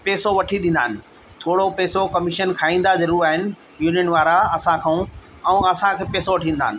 पैसो वठी ॾींदा आहिनि थोरो पैसो कमीशन खाईंदा ज़रूरु आहिनि यूनियन वारा असां खां ऐं असांखे पैसो वठी ॾींदा आहिनि